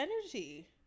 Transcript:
energy